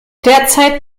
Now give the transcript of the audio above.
derzeit